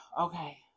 Okay